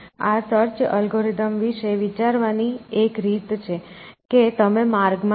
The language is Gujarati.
આ સર્ચ એલ્ગોરિધમ વિશે વિચારવાની એક રીત એ છે કે તમે માર્ગમાં છો